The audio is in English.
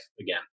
again